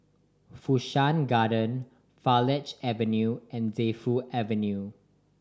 Fu Shan Garden Farleigh Avenue and Defu Avenue